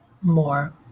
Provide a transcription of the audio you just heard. more